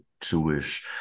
Jewish